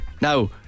Now